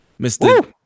mr